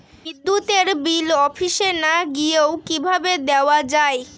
বিদ্যুতের বিল অফিসে না গিয়েও কিভাবে দেওয়া য়ায়?